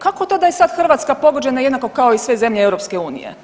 Kako to da je sad Hrvatska pogođena jednako kao i sve zemlje EU?